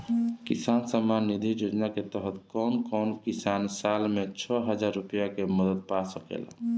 किसान सम्मान निधि योजना के तहत कउन कउन किसान साल में छह हजार रूपया के मदद पा सकेला?